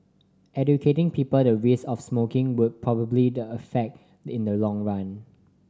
educating people the risk of smoking would probably the affect in the long run